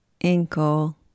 ankle